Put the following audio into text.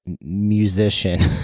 musician